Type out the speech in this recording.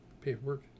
paperwork